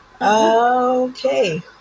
okay